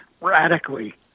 radically